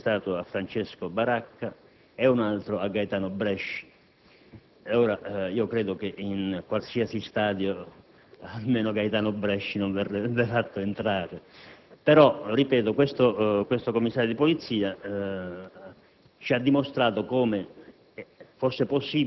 esibendo due biglietti, uno intestato a Francesco Baracca e un altro a Gaetano Bresci: credo che in qualsiasi stadio, almeno Gaetano Bresci non verrebbe fatto entrare. Tuttavia, ripeto, questo commissario di polizia